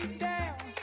down.